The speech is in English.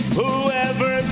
whoever